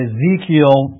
Ezekiel